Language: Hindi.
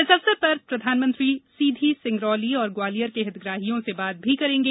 इस अवसर पर प्रधानमंत्री सीघी सिंगरौली और ग्वालियर के हितग्राहियों से बात करेंगे